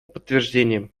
подтверждением